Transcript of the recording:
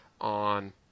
on